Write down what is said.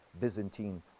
Byzantine